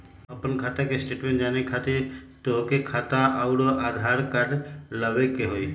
आपन खाता के स्टेटमेंट जाने खातिर तोहके खाता अऊर आधार कार्ड लबे के होइ?